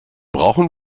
brauchen